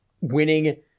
winning